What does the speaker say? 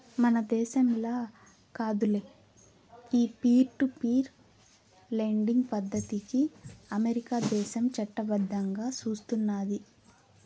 మన దేశంల కాదులే, ఈ పీర్ టు పీర్ లెండింగ్ పద్దతికి అమెరికా దేశం చట్టబద్దంగా సూస్తున్నాది